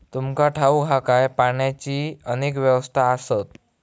तुमका ठाऊक हा काय, पाण्याची अनेक अवस्था आसत?